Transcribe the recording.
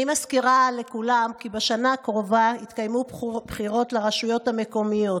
אני מזכירה לכולם כי בשנה הקרובה יתקיימו בחירות לרשויות המקומיות.